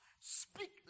speak